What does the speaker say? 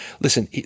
Listen